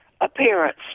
appearance